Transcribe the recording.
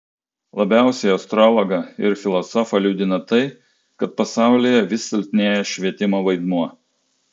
labiausiai astrologą ir filosofą liūdina tai kad pasaulyje vis silpnėja švietimo vaidmuo